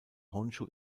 honshū